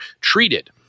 treated